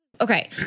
Okay